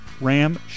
Ram